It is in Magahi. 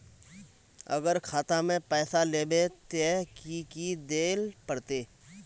अगर खाता में पैसा लेबे ते की की देल पड़ते?